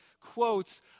quotes